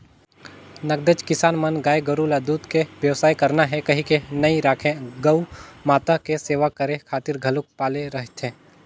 नगदेच किसान मन गाय गोरु ल दूद के बेवसाय करना हे कहिके नइ राखे गउ माता के सेवा करे खातिर घलोक पाले रहिथे